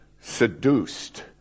seduced